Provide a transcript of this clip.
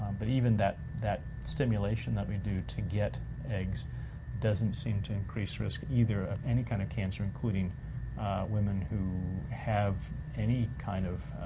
but even that that stimulation that we do to get eggs doesn't seem to increase risk either, of any kind of cancer, including women who have any kind of